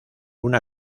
una